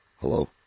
Hello